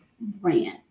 brand